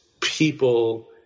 people